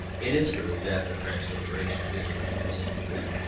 it is true that the french liberation of italy was incomplete,